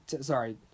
sorry